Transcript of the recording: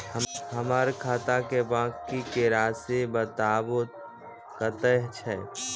हमर खाता के बाँकी के रासि बताबो कतेय छै?